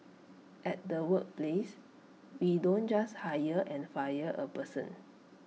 at the workplace we don't just hire and fire A person